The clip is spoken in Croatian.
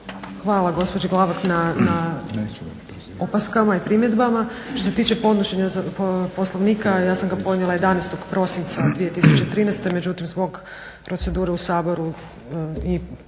Hvala gospođo Glavak na opaskama i primjedbama. Što se tiče podnošenja poslovnika ja sam ga podnijela 11.prosinca 2013.međutim zbog procedure u Saboru i pauze